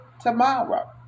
tomorrow